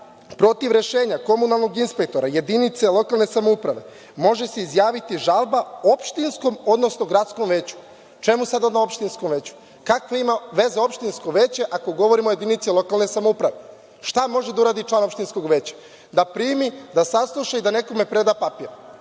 protiv rešenja komunalnog inspektora jedinice lokalne samouprave može se izjaviti žalba opštinskom, odnosno gradskom veću. Čemu sada opštinskom veću? Kakve ima veze opštinsko veće ako govorimo o jedinici lokalne samouprave? Šta može da uradi član opštinskog veća? Da primi, da sasluša i da nekome preda papir.